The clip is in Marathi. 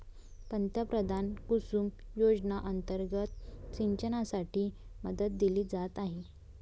पंतप्रधान कुसुम योजना अंतर्गत सिंचनासाठी मदत दिली जात आहे